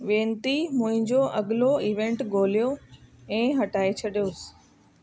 वेनिती मुंहिंजो अॻिलो इवेंट ॻोल्हियो ऐं हटाए छॾियोसि